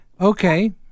Okay